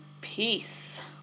peace